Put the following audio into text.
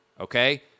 okay